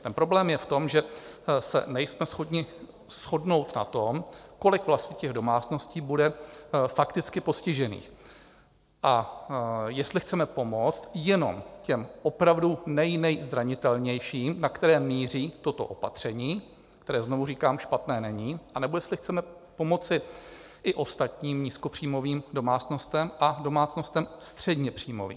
Ten problém je v tom, že se nejsme schopni shodnout na tom, kolik vlastně domácností bude fakticky postižených a jestli chceme pomoct jenom těm opravdu nej, nejzranitelnějším, na které míří toto opatření, které, znovu říkám, špatné není, anebo jestli chceme pomoci i ostatním nízkopříjmovým domácnostem a domácnostem středněpříjmovým.